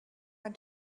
had